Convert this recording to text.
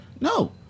No